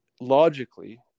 logically